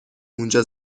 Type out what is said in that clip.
اونجا